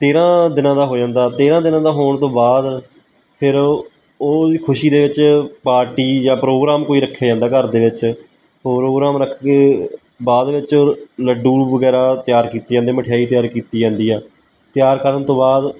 ਤੇਰ੍ਹਾਂ ਦਿਨਾਂ ਦਾ ਹੋ ਜਾਂਦਾ ਤੇਰ੍ਹਾਂ ਦਿਨਾਂ ਦਾ ਹੋਣ ਤੋਂ ਬਾਅਦ ਫੇਰ ਉਹ ਉਹਦੀ ਖੁਸ਼ੀ ਦੇ ਵਿੱਚ ਪਾਰਟੀ ਜਾਂ ਪ੍ਰੋਗਰਾਮ ਕੋਈ ਰੱਖਿਆ ਜਾਂਦਾ ਘਰ ਦੇ ਵਿੱਚ ਪ੍ਰੋਗਰਾਮ ਰੱਖ ਕੇ ਬਾਅਦ ਵਿੱਚ ਲੱਡੂ ਵਗੈਰਾ ਤਿਆਰ ਕੀਤੇ ਜਾਂਦੇ ਮਠਿਆਈ ਤਿਆਰ ਕੀਤੀ ਜਾਂਦੀ ਆ ਤਿਆਰ ਕਰਨ ਤੋਂ ਬਾਅਦ